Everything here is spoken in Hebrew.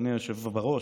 אדוני היושב בראש,